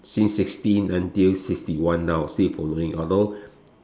since sixteen until sixty one now still following although